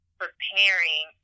preparing